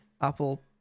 Apple